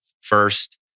first